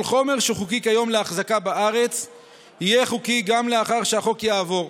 כל חומר שחוקי כיום לאחזקה בארץ יהיה חוקי גם לאחר שהחוק יעבור.